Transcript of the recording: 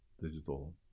digital